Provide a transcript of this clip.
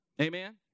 Amen